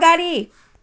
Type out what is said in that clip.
अगाडि